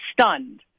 stunned